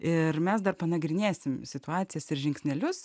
ir mes dar panagrinėsim situacijas ir žingsnelius